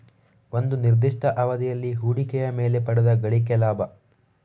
ಒಂದು ನಿರ್ದಿಷ್ಟ ಅವಧಿಯಲ್ಲಿ ಹೂಡಿಕೆಯ ಮೇಲೆ ಪಡೆದ ಗಳಿಕೆ ಲಾಭ